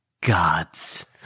gods